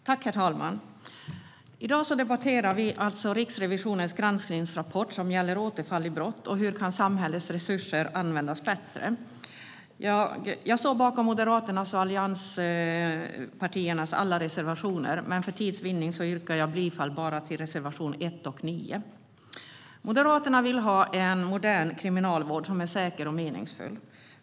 Herr talman! I dag debatterar vi Riksrevisionens granskningsrapport Återfall i brott - hur kan samhällets samlade resurser användas bättre? Jag står bakom alla Moderaternas och allianspartiernas reservationer, men för tids vinnande yrkar jag bifall bara till reservationerna 1 och 9. Moderaterna vill ha en modern kriminalvård som är säker och meningsfull.